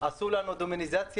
החברה להגנת הטבע.